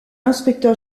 inspecteur